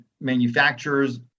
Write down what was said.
manufacturers